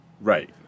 Right